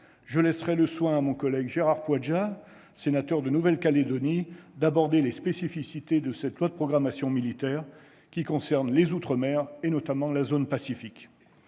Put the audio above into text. Je laisserai le soin à mon collègue Gérard Poadja, sénateur de Nouvelle-Calédonie, d'aborder les spécificités de cette LPM qui concernent les outre-mer, et notamment la zone Pacifique.